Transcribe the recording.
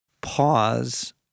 Pause